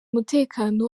umutekano